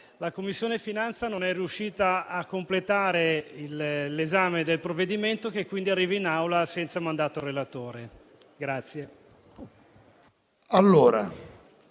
la Commissione finanze e tesoro non è riuscita a completare l'esame del provvedimento, che quindi arriva in Aula senza mandato al relatore.